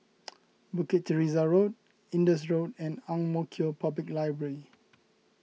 Bukit Teresa Road Indus Road and Ang Mo Kio Public Library